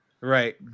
Right